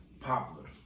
popular